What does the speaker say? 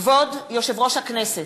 כבוד יושב-ראש הכנסת!